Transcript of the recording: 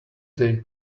they